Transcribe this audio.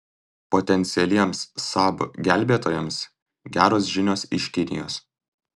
potencialiems saab gelbėtojams geros žinios iš kinijos